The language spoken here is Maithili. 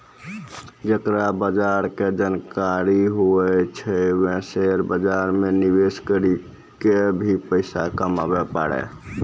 जेकरा बजार के जानकारी हुवै छै वें शेयर बाजार मे निवेश करी क भी पैसा कमाबै पारै